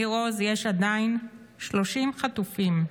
ניר עוז, יש עדיין 30 חטופים,